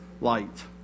light